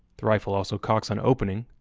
the rifle also cocks on opening,